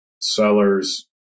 sellers